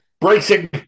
bracing